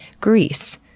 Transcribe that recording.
Greece